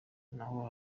naho